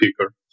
speaker